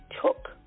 took